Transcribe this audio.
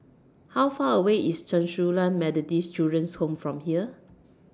How Far away IS Chen Su Lan Methodist Children's Home from here